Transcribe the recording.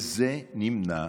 זה נמנע